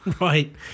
right